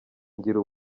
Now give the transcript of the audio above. ngira